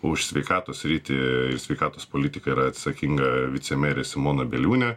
už sveikatos sritį ir sveikatos politiką yra atsakinga vicemerė simona bieliūnė